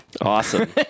Awesome